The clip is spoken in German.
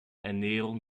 ernährung